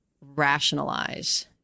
rationalize